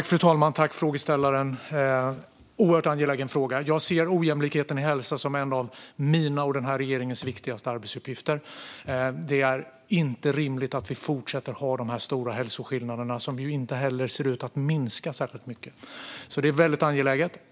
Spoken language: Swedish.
Fru talman! Jag tackar för frågan. Det är en oerhört angelägen fråga. Jag ser ojämlikheten i hälsa som en av mina och denna regerings viktigaste arbetsuppgifter. Det är inte rimligt att vi fortsätter att ha dessa stora hälsoskillnader som inte heller ser ut att minska särskilt mycket. Det är därför väldigt angeläget.